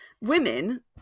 women